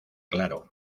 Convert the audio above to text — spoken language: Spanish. claro